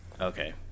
Okay